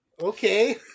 okay